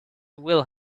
will